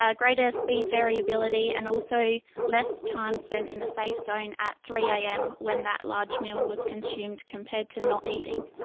ah greater speed variability and also less time spent in the safe zone at three am when that large meal was consumed compared to not eating.